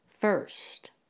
first